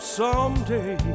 someday